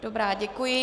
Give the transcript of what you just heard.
Dobrá, děkuji.